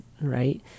right